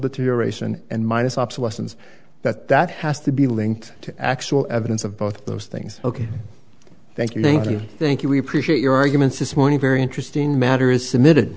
deterioration and minus obsolescence that that has to be linked to actual evidence of both of those things ok thank you thank you thank you we appreciate your arguments this morning very interesting matter is submitted